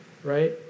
right